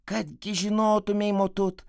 kadgi žinotumei motut